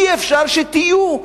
אי-אפשר שתהיו,